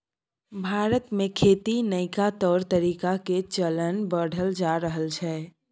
भारत में खेती के नइका तौर तरीका के चलन बढ़ल जा रहल छइ